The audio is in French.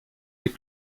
les